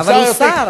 אבל הוא שר.